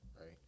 right